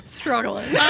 struggling